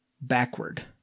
Backward